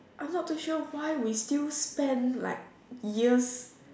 I'm not too sure why we still spend like years